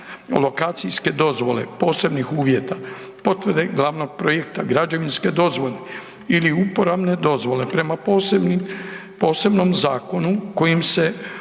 alokacijske dozvole, posebnih uvjeta, potvrde glavnog projekta, građevinske dozvole ili uporabne dozvole, prema posebnim, posebnom zakonu kojim se uređuju